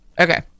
Okay